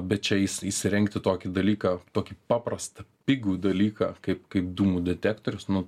bet čia is įsirengti tokį dalyką tokį paprastą pigų dalyką kaip kaip dūmų detektorius nu